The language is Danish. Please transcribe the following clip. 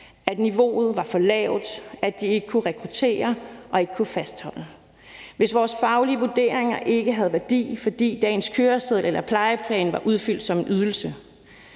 at niveauet var for lavt, at de ikke kunne rekruttere, og at de ikke kunne fastholde, eller hvis vores faglige vurderinger ikke havde en værdi, fordi dagens køreseddel eller plejeplan var udfyldt som en ydelse?